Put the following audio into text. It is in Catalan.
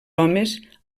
homes